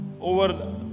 over